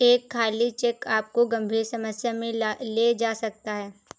एक खाली चेक आपको गंभीर समस्या में ले जा सकता है